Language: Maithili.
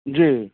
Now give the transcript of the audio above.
जी